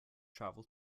travel